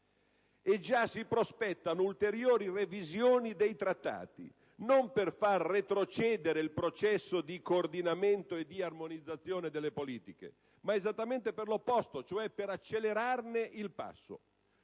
Già si prospettano ulteriori revisioni dei trattati, non per far retrocedere il processo di coordinamento e di armonizzazione delle politiche, ma esattamente per l'opposto, e cioè per accelerarne il passo.